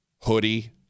Hoodie